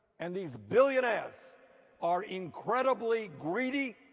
and these billionaires are incredibly greedy.